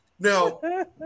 Now